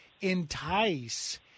entice